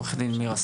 כן,